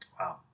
Wow